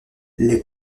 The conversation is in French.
les